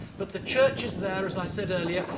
but the church is there, as i said earlier,